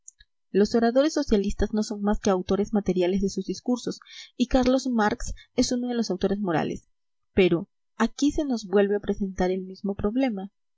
los oradores socialistas no son más que autores materiales de sus discursos y carlos marx es uno de los autores morales pero aquí se nos vuelve a presentar el mismo problema